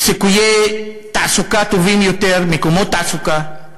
סיכויי תעסוקה טובים יותר, מקומות תעסוקה,